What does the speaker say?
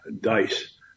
dice